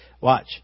Watch